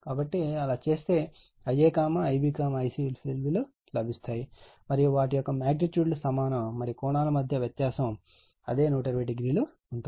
కాబట్టి అలా చేస్తే Ia Ib Ic విలువలు లభిస్తాయి మరియు వాటి యొక్క మాగ్నిట్యూడ్ లు సమానం మరియు కోణాల మధ్య వ్యత్యాసం అదే 120o ఉంటుంది